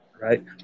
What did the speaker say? Right